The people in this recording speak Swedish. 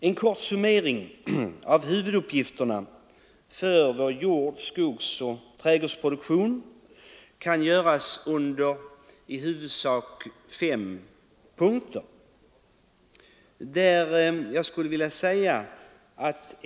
En kort summering av huvuduppgifterna för vår jordbruks-, skogsoch trädgårdsproduktion kan göras i huvudsakligen fem punkter.